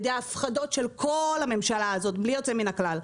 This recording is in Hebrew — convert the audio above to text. הפחדות של כל הממשלה הזאת בלי יוצא מן הכלל.